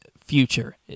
future